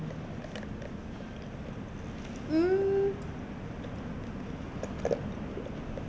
um